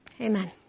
Amen